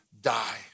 die